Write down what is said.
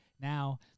Now